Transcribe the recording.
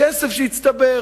כסף שיצטבר.